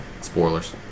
Spoilers